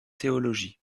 théologie